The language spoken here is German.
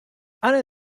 anne